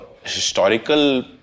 historical